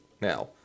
now